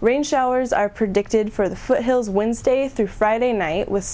rain showers are predicted for the foothills wednesday through friday night with